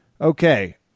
Okay